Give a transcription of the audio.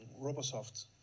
RoboSoft